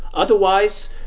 otherwise,